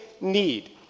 need